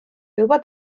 juba